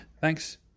Thanks